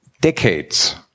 decades